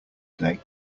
day